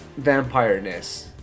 vampireness